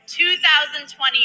2020